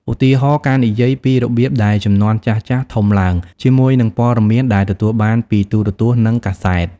ឧទាហរណ៍ ការនិយាយពីរបៀបដែលជំនាន់ចាស់ៗធំឡើងជាមួយនឹងព័ត៌មានដែលទទួលបានពីទូរទស្សន៍និងកាសែត។